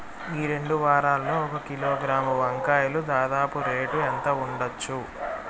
ఈ రెండు వారాల్లో ఒక కిలోగ్రాము వంకాయలు దాదాపు రేటు ఎంత ఉండచ్చు?